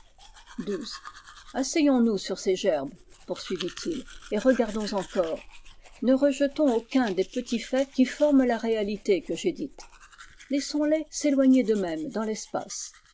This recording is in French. xii asseyons-nous sur ces gerbes poursuivitil et regardons encore ne rejetons aucun des petits faits qui forment la réalité que j'ai dite laissons-les s'éloigner d'eux-mêmes dans l'espace